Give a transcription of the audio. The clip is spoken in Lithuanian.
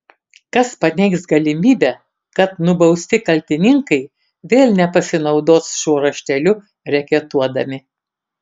kas paneigs galimybę kad nubausti kaltininkai vėl nepasinaudos šiuo rašteliu reketuodami